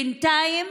בינתיים,